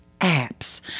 apps